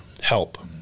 help